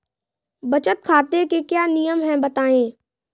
बचत खाते के क्या नियम हैं बताएँ?